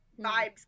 vibes